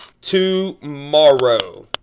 tomorrow